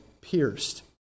pierced